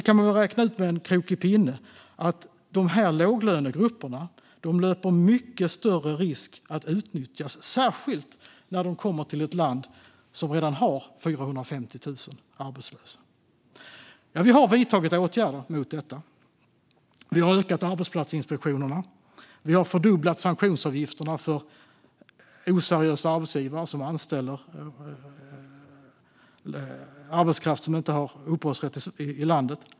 Man kan räkna ut med en krokig pinne att de låglönegrupperna löper mycket större risk att utnyttjas, särskilt när de kommer till ett land som redan har 450 000 arbetslösa. Vi har vidtagit åtgärder mot detta. Vi har ökat arbetsplatsinspektionerna. Vi har fördubblat sanktionsavgifterna för oseriösa arbetsgivare som anställer arbetskraft som inte har uppehållsrätt i landet.